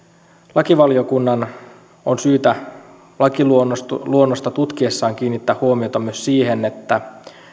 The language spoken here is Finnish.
lakivaliokunnan on syytä lakiluonnosta tutkiessaan kiinnittää huomiota myös siihen että